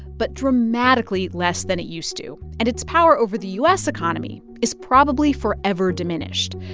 but dramatically less than it used to. and its power over the u s. economy is probably forever diminished.